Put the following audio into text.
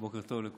בוקר טוב, יואב.